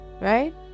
right